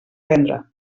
vendre